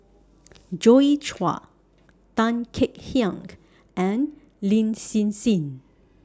Joi Chua Tan Kek Hiang and Lin Hsin Hsin